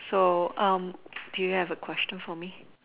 so um do you have a question for me